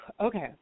Okay